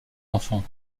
enfants